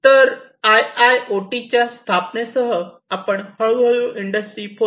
तर आयआयओटीच्या स्थापनेसह आपण हळूहळू इंडस्ट्री 4